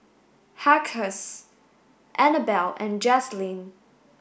Anabel and Jazlene